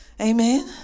Amen